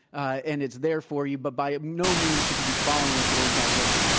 and it's there for you. but by ah no means should you be following it word by word,